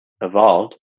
evolved